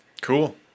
Cool